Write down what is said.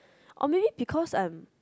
or maybe because I am